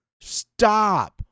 Stop